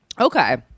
Okay